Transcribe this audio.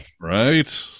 Right